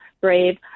brave